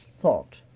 thought